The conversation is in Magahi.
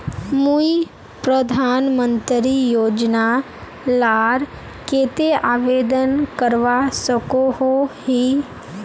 मुई प्रधानमंत्री योजना लार केते आवेदन करवा सकोहो ही?